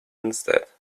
instead